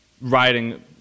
writing